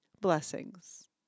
Blessings